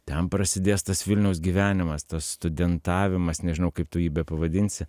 ten prasidės tas vilniaus gyvenimas tas studentavimas nežinau kaip tu jį bepavadinsi